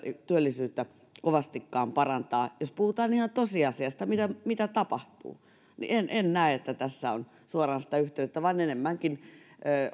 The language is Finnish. työllisyyttä kovastikaan parantaa jos puhutaan ihan tosiasiasta mitä tapahtuu niin en en näe että tässä on suoranaista yhteyttä vaan enemmänkin